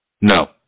No